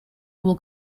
will